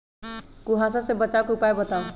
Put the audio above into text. कुहासा से बचाव के उपाय बताऊ?